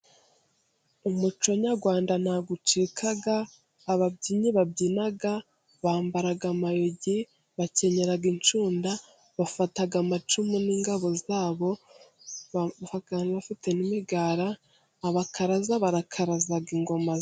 Umuco nyarwanda ntabwo ucika, ababyinnyi babyina bambara amayugi, bakenyera incunda, bafata amacumu n'ingabo zabo, baba bafite n'imigara, abakaraza barakaraza ingoma.